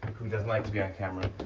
who doesn't like to be on-camera,